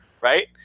right